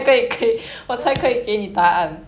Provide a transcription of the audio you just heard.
what would you do if you had like